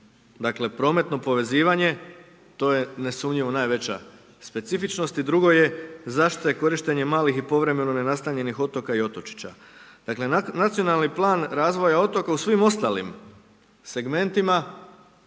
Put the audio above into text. Dakle prometno povezivanje to je nesumnjivo najveća specifičnost i drugo je zašto je korištenje malih i povremeno nenastanjenih otoka i otočića. Dakle nacionalni plan razvoja otoka u svim ostalim segmentima